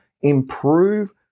improve